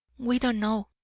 we don't know.